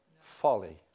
folly